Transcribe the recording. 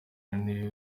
niwe